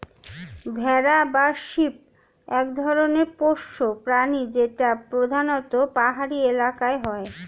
ভেড়া বা শিপ এক ধরনের পোষ্য প্রাণী যেটা প্রধানত পাহাড়ি এলাকায় হয়